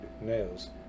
nails